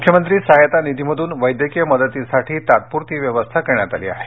मुख्यमंत्री सहायता निधीमधून वैद्यकीय मदतीसाठी तात्पुरती व्यवस्था करण्यात आली आहे